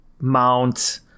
Mount